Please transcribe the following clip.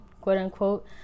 quote-unquote